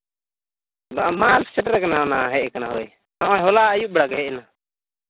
ᱵᱟᱝ ᱢᱟᱞ ᱥᱮᱴᱮᱨᱟᱠᱟᱱᱟ ᱚᱱᱟ ᱦᱮᱡ ᱠᱟᱱᱟ ᱦᱳᱭ ᱱᱚᱜᱼᱚᱸᱭ ᱦᱚᱞᱟ ᱟᱹᱭᱩᱵ ᱵᱮᱲᱟ ᱜᱮ ᱦᱮᱡ ᱮᱱᱟ